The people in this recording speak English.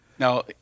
Now